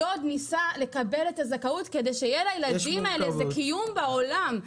הדוד ניסה לקבל את הזכאות כדי שיהיה לילדים האלה איזה קיום בעולם.